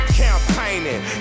campaigning